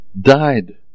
died